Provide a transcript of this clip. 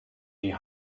die